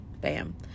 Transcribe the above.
bam